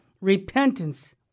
repentance